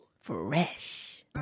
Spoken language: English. Fresh